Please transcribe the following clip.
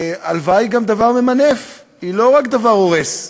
הלוואה היא גם דבר ממנף, היא לא רק דבר הורס.